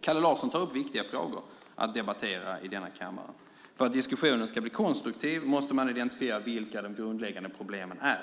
Kalle Larsson tar upp viktiga frågor att debattera i denna kammare. För att diskussionen ska bli konstruktiv måste man identifiera vilka de grundläggande problemen är.